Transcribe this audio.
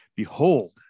Behold